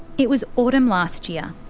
it was autumn last year,